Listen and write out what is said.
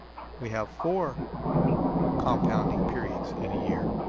we have four compounding periods in a year,